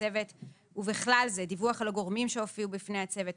הצוות) ובכלל זה דיווח על הגורמים שהופיעו בפני הצוות,